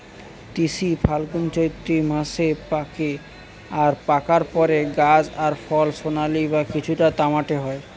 তিসি ফাল্গুনচোত্তি মাসে পাকে আর পাকার পরে গাছ আর ফল সোনালী বা কিছুটা তামাটে হয়